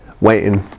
waiting